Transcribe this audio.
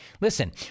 Listen